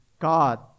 God